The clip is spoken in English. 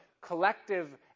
collective